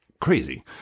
crazy